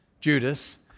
Judas